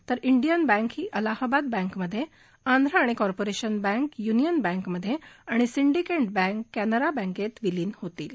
तर Indian Bank ही अलाहाबाद बँकमध्ये आंध्र आणि कॉर्पोरेशन बँक यूनियन बँक मध्ये आणि सिंडीकेट बँक कॅनरा बँकेतच विलीन होतील